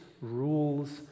rules